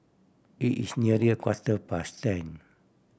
it is nearly a quarter past ten